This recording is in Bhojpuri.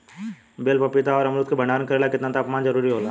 बेल पपीता और अमरुद के भंडारण करेला केतना तापमान जरुरी होला?